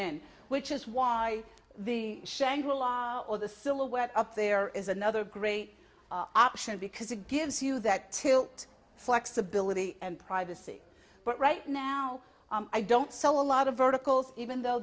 in which is why the shangri la or the silhouette up there is another great option because it gives you that tilt flexibility and privacy but right now i don't sell a lot of verticals even though